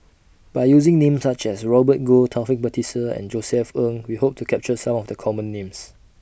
By using Names such as Robert Goh Taufik Batisah and Josef Ng We Hope to capture Some of The Common Names